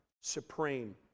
supreme